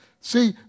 See